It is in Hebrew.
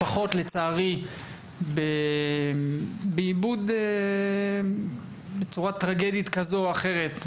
פחות לצערי באיבוד בצורה טרגית כזו או אחרת,